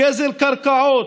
גזל קרקעות,